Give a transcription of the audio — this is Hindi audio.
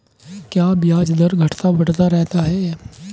क्या ब्याज दर घटता बढ़ता रहता है?